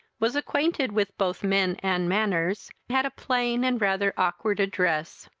was acquainted with both men and manners, had a plain and rather awkward address,